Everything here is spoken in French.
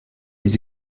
les